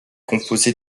composé